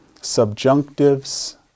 subjunctives